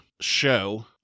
show